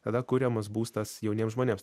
tada kuriamas būstas jauniem žmonėms